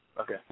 okay